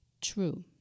true